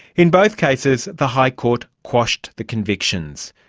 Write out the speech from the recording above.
in both cases the high court quashed the convictions.